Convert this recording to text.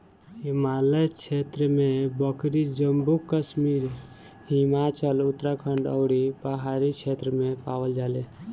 हिमालय क्षेत्र में बकरी जम्मू कश्मीर, हिमाचल, उत्तराखंड अउरी पहाड़ी क्षेत्र में पावल जाले